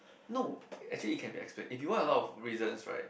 no actually it can be expert if you want a lot of reasons right